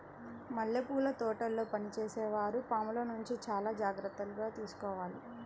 మల్లెపూల తోటల్లో పనిచేసే వారు పాముల నుంచి చాలా జాగ్రత్తలు తీసుకోవాలి